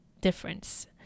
difference